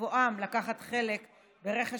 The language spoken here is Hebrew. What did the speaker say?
בבואה לקחת חלק ברכש